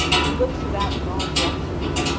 he looks about in all directions,